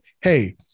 hey